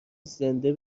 زنده